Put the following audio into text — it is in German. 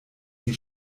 sie